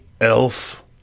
elf